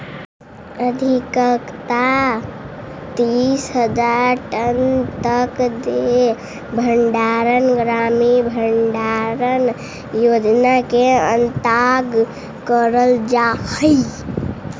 अधिकतम तीस हज़ार टन तक के भंडारण ग्रामीण भंडारण योजना के अंतर्गत करल जा हई